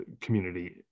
community